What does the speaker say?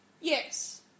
Yes